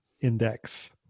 index